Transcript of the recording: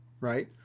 right